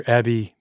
Abbey